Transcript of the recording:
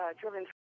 driven